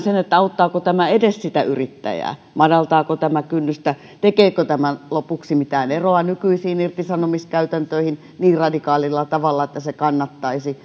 auttaako tämä edes sitä yrittäjää madaltaako tämä kynnystä tekeekö tämä lopuksi mitään eroa nykyisiin irtisanomiskäytäntöihin niin radikaalilla tavalla että se kannattaisi